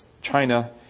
China